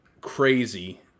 crazy